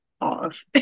off